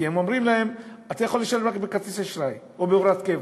כי אומרים להם: אתה יכול לשלם רק בכרטיס אשראי או בהוראת קבע,